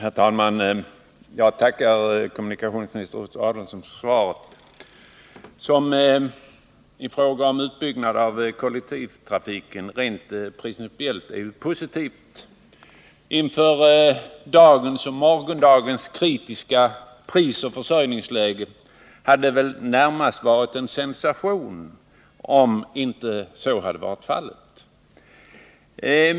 Herr talman! Jag tackar kommunikationsminister Adelsohn för svaret, som i fråga om utbyggnad av kollektivtrafiken rent principiellt är positivt. Inför dagens och morgondagens kritiska prisoch försörjningsläge hade det väl närmast varit en sensation om inte så varit fallet.